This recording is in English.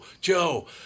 Joe